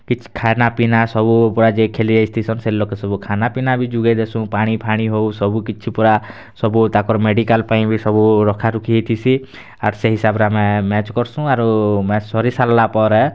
କିଛି ଖାନା ପିନା ସବୁ ଯିଏ ଖେଲି ଆଇଥିସନ୍ ସେ ଲୋକ୍ କେ ସବୁ ଖାନା ପିନା ବି ଯୁଗେଇ ଦେସୁ ପାଣିଫାଣି ହଉ ସବୁ କିଛି ପୁରା ସବୁ ତାକ୍ର ମେଡିକାଲ୍ ପାଇଁ ବି ସବୁ ରଖାରୁଖି ବି ହେଇଥିସି ଆର୍ ସେଇ ହିସାବ୍ରେ ଆମେ ମ୍ୟାଚ୍ କରସୁ ଆରୁ ମ୍ୟାଚ୍ ସରି ସାର୍ଲା ପରେ